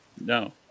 No